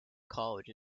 college